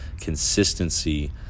consistency